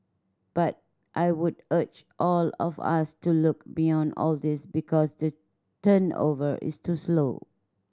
but I would urge all of us to look beyond all these because the turnover is too slow